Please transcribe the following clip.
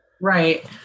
Right